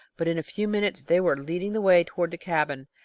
but in a few minutes they were leading the way toward the cabin.